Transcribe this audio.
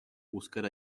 buscar